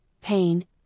pain